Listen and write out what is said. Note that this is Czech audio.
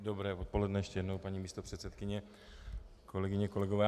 Dobré odpoledne ještě jednou, paní místopředsedkyně, kolegyně, kolegové.